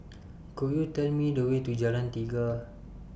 Could YOU Tell Me The Way to Jalan Tiga